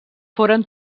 foren